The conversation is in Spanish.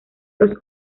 los